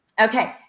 okay